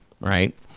right